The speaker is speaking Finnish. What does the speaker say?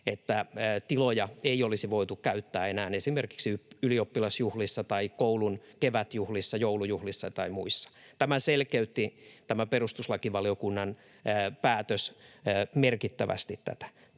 jossa tiloja ei olisi voitu käyttää enää esimerkiksi ylioppilasjuhlissa, koulun kevätjuhlissa, joulujuhlissa tai muissa. Tämä perustuslakivaliokunnan päätös selkeytti merkittävästi tätä,